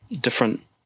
different